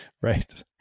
Right